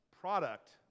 product